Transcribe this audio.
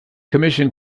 commission